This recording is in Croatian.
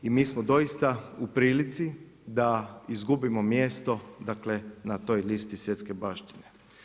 I mi smo doista u prilici da izgubimo mjesto, dakle na toj listi svjetske baštine.